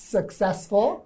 Successful